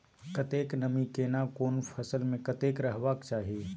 कतेक नमी केना कोन फसल मे कतेक रहबाक चाही?